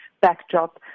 backdrop